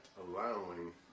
allowing